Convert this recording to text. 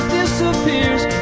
disappears